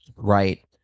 right